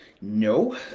No